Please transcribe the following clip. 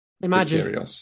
Imagine